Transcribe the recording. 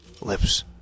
Lips